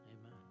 amen